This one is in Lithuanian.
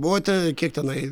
buvote kiek tenai